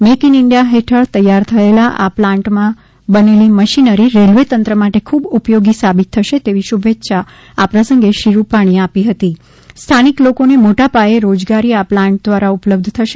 make in India હેઠળ તૈયાર થયેલ આ પ્લાન્ટમાં બનેલી મશીનરી રેલ્વેતંત્ર માટે ખુબ ઉપયોગી સાબીત થશે તેવી શુભેચ્છા આ પ્રસંગે શ્રી રૂપાણીએ આપી હતી સ્થાનિક લોકોને મોટાપાયે રોજગારી આ પ્લાન્ટ દ્વારા ઉપલ્બધ થશે